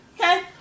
Okay